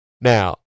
Now